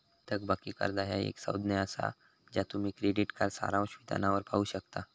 थकबाकी कर्जा ह्या एक संज्ञा असा ज्या तुम्ही क्रेडिट कार्ड सारांश विधानावर पाहू शकता